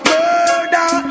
Murder